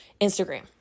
Instagram